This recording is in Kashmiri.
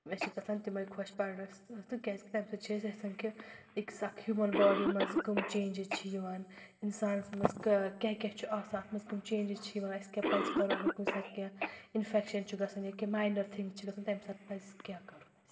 مےٚ چھُ گژھان تِمے خۅش پَرنس تِکیٛاز تَمہِ سٍتۍ چھِ اَسہِ گژھان کہِ ٲکس اکھ ہیوٗمن باڈی منٛز کٔم چینجٕز چھِ یِوان اِنسانس منٛز کیٛاہ کیٛاہ چھُ آسان اتھ منٛز کٕم چینجٕز چھِ یوان اَسہِ کیٛاہ پَزِ کرُن اگر کُنہِ ساتہٕ کیٚنٛہہ اِنفیٚکشن چھُ گژھان یانہِ کہِ ماینر تھِنٛگ چھِ تَمہِ ساتہٕ پزِ کیٛاہ کرُن